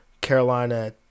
Carolina